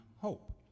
hope